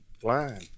flying